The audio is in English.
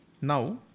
Now